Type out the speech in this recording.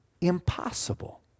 Impossible